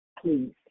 please